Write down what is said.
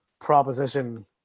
proposition